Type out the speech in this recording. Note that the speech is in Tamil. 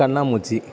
கண்ணாமூச்சி